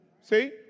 See